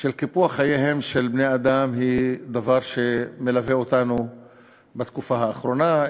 של קיפוח חייהם של בני-אדם היא דבר שמלווה אותנו בתקופה האחרונה,